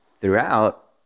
throughout